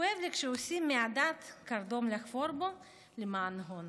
כואב לי כשעושים מהדת קרדום לחפור בו למען הון.